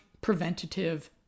preventative